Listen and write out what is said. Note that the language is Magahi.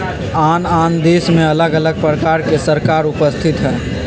आन आन देशमें अलग अलग प्रकार के सरकार उपस्थित हइ